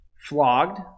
flogged